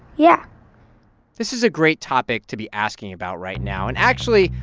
yeah this is a great topic to be asking about right now. and actually,